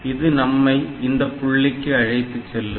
இது நம்மை இந்தப் புள்ளிக்கு அழைத்துச்செல்லும்